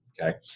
okay